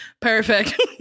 perfect